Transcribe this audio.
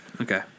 Okay